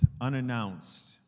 unannounced